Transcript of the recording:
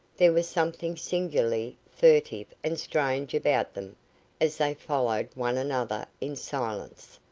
there was something singularly furtive and strange about them as they followed one another in silence,